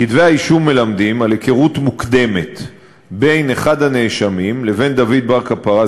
כתבי-האישום מלמדים על היכרות מוקדמת בין אחד הנאשמים לבין דוד בר קפרא,